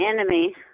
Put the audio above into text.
enemy